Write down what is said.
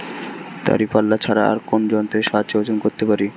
দাঁড়িপাল্লা ছাড়া আর কোন যন্ত্রের সাহায্যে ওজন করতে পারি?